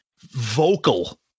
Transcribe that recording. vocal